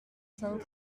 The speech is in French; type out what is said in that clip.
cinq